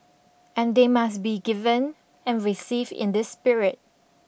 and they must be given and received in this spirit